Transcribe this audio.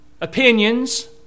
opinions